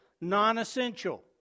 non-essential